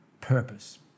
purpose